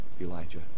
Elijah